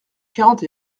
quarante